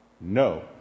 No